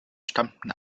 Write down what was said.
stammten